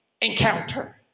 encounter